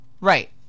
Right